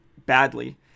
Badly